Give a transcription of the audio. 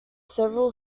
several